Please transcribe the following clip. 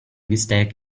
mistake